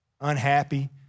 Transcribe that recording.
unhappy